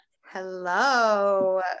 Hello